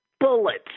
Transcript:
bullets